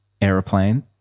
airplane